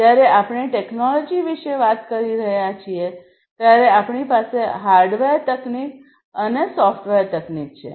જ્યારે આપણે ટેકનોલોજી વિશે વાત કરી રહ્યા છીએ ત્યારે આપણી પાસે હાર્ડવેર તકનીક અને સોફ્ટવેર તકનીક છે